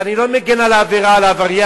אני לא מגן על העבירה, על העבריין,